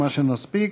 מה שנספיק.